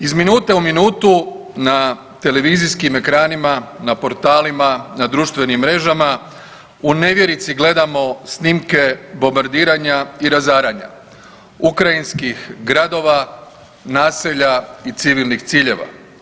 Iz minute u minutu na televizijskim ekranima, na portalima, na društvenim mrežama, u nevjerici gledamo snimke bombardiranja i razaranja ukrajinskih gradova, naselja i civilnih ciljeva.